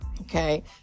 Okay